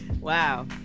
Wow